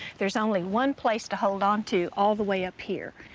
there's only one place to hold on to all the way up here.